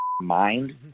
mind